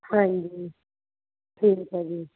ਹਾਂਜੀ ਠੀਕ ਹੈ ਜੀ